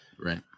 Right